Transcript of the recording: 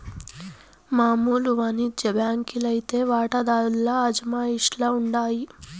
మామూలు వానిజ్య బాంకీ లైతే వాటాదార్ల అజమాయిషీల ఉండాయి